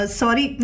sorry